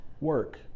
work